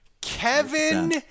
Kevin